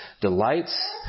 delights